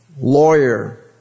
lawyer